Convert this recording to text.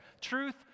truth